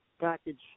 package